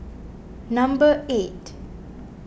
number eight